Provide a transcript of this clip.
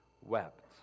wept